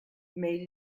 made